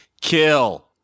kill